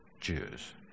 Jews